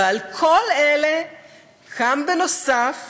ועל כל אלה קם בנוסף